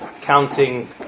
counting